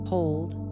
Hold